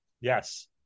Yes